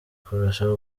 kurusha